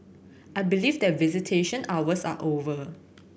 I believe that visitation hours are over